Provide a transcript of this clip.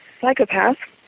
psychopath